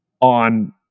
on